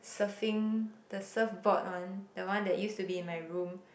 surfing the surf board one the one that used to be in my room